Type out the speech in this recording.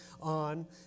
on